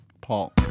Paul